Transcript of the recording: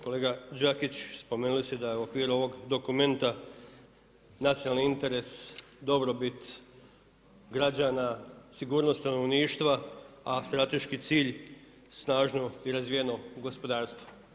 Kolega Đakić, spomenuli ste da je u okviru ovog dokumenta nacionalni interes, dobrobit građana, sigurnost stanovništva a strateški cilj snažno i razvijeno gospodarstvo.